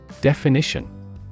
Definition